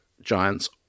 giant's